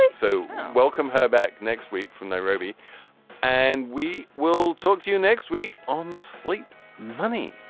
um so welcome her back next week from nairobi and we will talk to you next week on sleep money